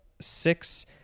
six